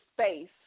space